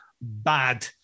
bad